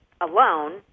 Alone